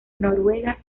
noruega